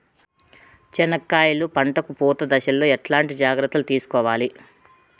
చెనక్కాయలు పంట కు పూత దశలో ఎట్లాంటి జాగ్రత్తలు తీసుకోవాలి?